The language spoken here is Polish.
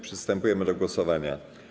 Przystępujemy do głosowania.